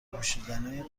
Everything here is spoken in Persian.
پوشیدنای